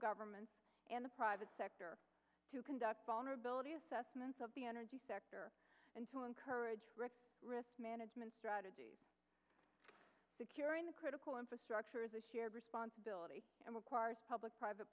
governments and the private sector to conduct vulnerability assessments of the energy sector and to encourage risk management securing the critical infrastructure is a shared responsibility and requires public private